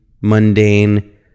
mundane